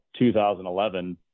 2011